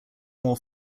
more